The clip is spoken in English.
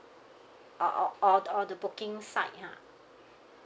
or or or or the booking site ha